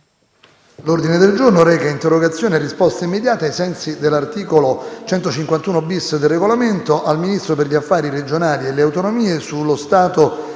Grazie,